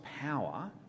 power